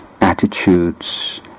attitudes